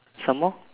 some more